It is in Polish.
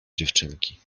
dziewczynki